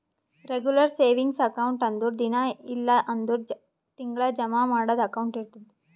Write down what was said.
regular savings account ಅಂದುರ್ ದಿನಾ ಇಲ್ಲ್ ಅಂದುರ್ ತಿಂಗಳಾ ಜಮಾ ಮಾಡದು ಅಕೌಂಟ್ ಇರ್ತುದ್